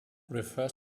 refers